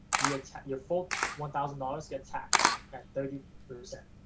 your your full one thousand dollars get taxed at thirty percent.